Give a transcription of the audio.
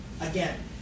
Again